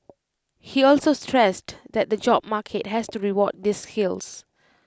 he also stressed that the job market has to reward these skills